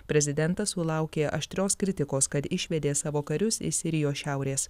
prezidentas sulaukė aštrios kritikos kad išvedė savo karius iš sirijos šiaurės